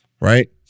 Right